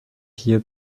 hier